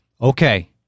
Okay